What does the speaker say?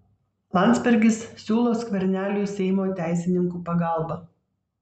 landsbergis siūlo skverneliui seimo teisininkų pagalbą